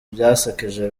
byasekeje